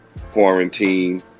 quarantine